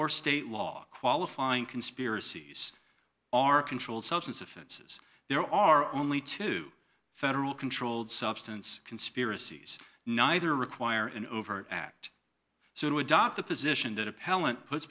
or state law qualifying conspiracies are controlled substance offenses there are only two federal controlled substance conspiracies neither require an overt act so to adopt the position that appellant puts